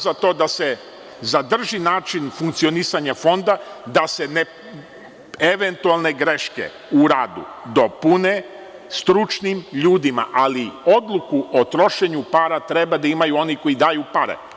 Za to sam da se zadrži način funkcionisanja Fonda, da se, eventualne greške u radu dopune stručnim ljudima, ali odluku o trošenju para treba da imaju oni koji daju pare.